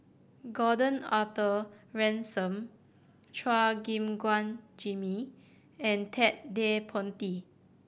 Gordon Arthur Ransome Chua Gim Guan Jimmy and Ted De Ponti